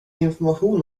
information